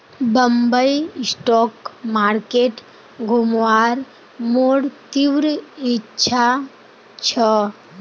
Bombay stock market घुमवार मोर तीव्र इच्छा छ